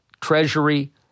treasury